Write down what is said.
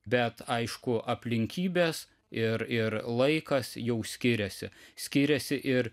bet aišku aplinkybės ir ir laikas jau skiriasi skiriasi ir